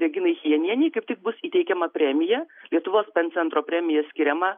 reginai chijenienei kaip tik bus įteikiama premija lietuvos pen centro premija skiriama